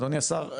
אדוני השר,